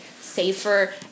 safer